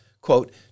quote